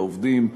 לעובדים,